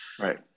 right